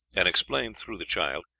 and explained, through the child,